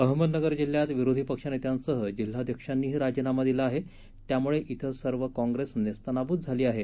अहमदनगर जिल्ह्यात विरोधी पक्षनेत्यांसह जिल्हाध्यक्षांनीही राजीनामा दिला आहे त्यामुळे इथं सर्व कॉंग्रेस नेस्तनाबुत झाली आहे